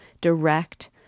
direct